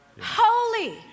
Holy